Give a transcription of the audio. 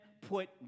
put